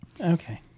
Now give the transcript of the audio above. Okay